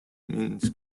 means